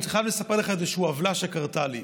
חייב לספר לך על איזושהי עוולה שקרתה לי.